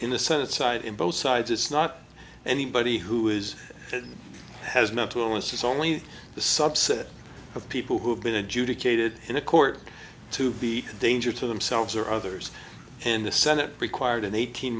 in the senate side in both sides it's not anybody who is has mental illness is only the subset of people who have been adjudicated in a court to be a danger to themselves or others in the senate be quite an eighteen